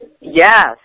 Yes